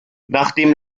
nachdem